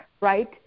right